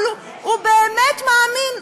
אבל הוא באמת מאמין.